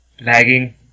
Lagging